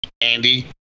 Andy